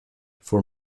for